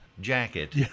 jacket